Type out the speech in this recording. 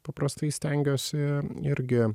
paprastai stengiuosi irgi